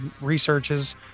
researches